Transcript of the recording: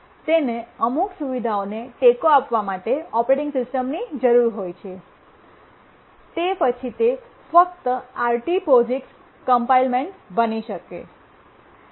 તેને અમુક સુવિધાઓને ટેકો આપવા માટે ઓપરેટિંગ સિસ્ટમની જરૂર હોય છે તે પછી તે ફક્ત RT POSIX કમ્પ્લાયન્ટ બની શકે